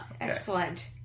Excellent